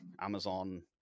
amazon